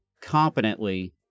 competently